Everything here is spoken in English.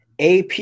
AP